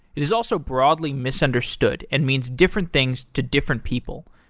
it is also broadly misunderstood and means different things to different people.